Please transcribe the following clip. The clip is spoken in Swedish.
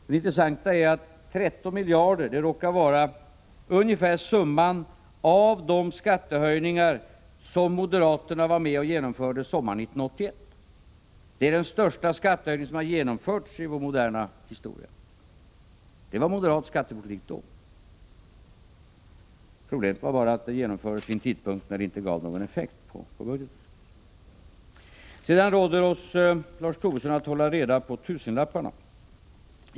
Det intressanta är att 13 miljarder råkar vara ungefär summan av de skattehöjningar som moderaterna var med om att genomföra sommaren 1981. Det är den största skattehöjning som har genomförts i vår moderna historia. Det var moderat skattepolitik då. Problemet var bara att höjningarna genomfördes vid en tidpunkt då de inte gav någon effekt på budgeten. Sedan råder Lars Tobisson oss att hålla reda på tusenlapparna.